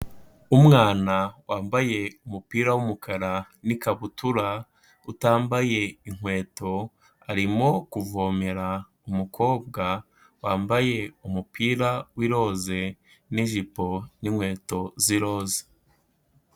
Umwana wambaye umupira w'umukara n'ikabutura utambaye inkweto, arimo kuvomera umukobwa wambaye umupira w'iroze, n'ijipo n'inkweto z'iroza.